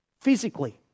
physically